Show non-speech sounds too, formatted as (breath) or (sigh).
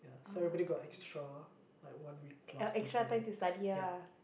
so everybody got extra like one week plus to study (breath) ya